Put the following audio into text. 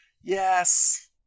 Yes